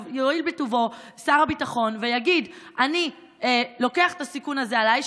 יואיל בטובו שר הביטחון ויגיד: אני לוקח את הסיכון הזה עליי,